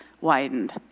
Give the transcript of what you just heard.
widened